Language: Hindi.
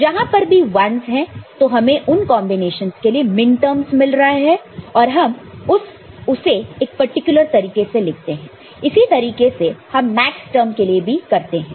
जहां पर भी 1's तो हमें उन कांबिनेशंस के लिए मिनटर्मस मिल रहा है और हम उसे एक पर्टिकुलर तरीके से लिखते हैं इसी तरीके से हम मैक्सटर्म के लिए भी करते हैं